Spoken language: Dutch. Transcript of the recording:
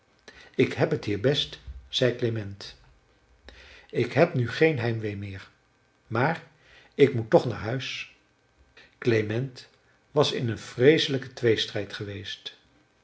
ik heb het hier best zei klement ik heb nu geen heimwee meer maar ik moet toch naar huis klement was in een vreeselijken tweestrijd geweest